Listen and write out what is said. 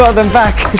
ah them back!